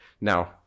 Now